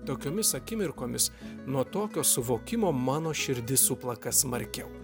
tokiomis akimirkomis nuo tokio suvokimo mano širdis suplaka smarkiau